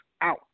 out